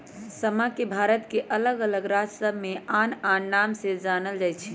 समा के भारत के अल्लग अल्लग राज सभमें आन आन नाम से जानल जाइ छइ